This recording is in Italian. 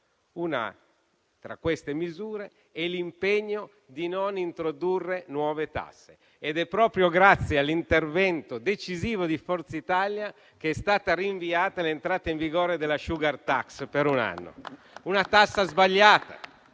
Una tra queste misure è l'impegno a non introdurre nuove tasse. Ed è proprio grazie all'intervento decisivo di Forza Italia che è stata rinviata l'entrata in vigore della *sugar tax* per un anno, una tassa sbagliata,